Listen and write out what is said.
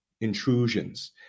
intrusions